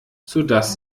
sodass